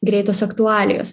greitos aktualijos